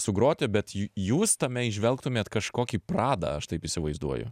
sugroti bet ju jūs tame įžvelgtumėt kažkokį pradą aš taip įsivaizduoju